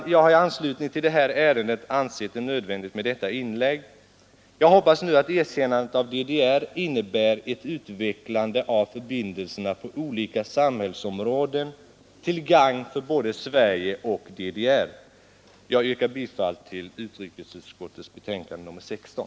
Jag har i anslutning till det här ärendet ansett det . Nu hoppas jag att erkännandet av DDR nödvändigt med detta inlä innebär ett utvecklande av förbindelserna på olika samhällsområden, till gagn för både Sverige och DDR. Jag yrkar bifall till utrikesutskottets hemställan i dess betänkande nr 16.